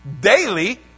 Daily